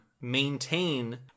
maintain